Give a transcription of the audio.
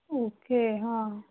okay हां